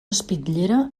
espitllera